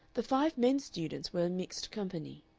the five men students were a mixed company.